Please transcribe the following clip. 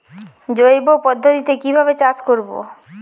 জৈব পদ্ধতিতে কিভাবে চাষ করব?